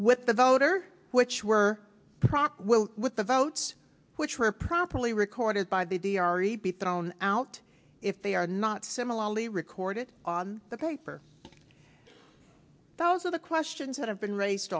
with the voter which were proper with the votes which were properly recorded by the r e b thrown out if they are not similarly recorded on the paper those are the questions that have been raised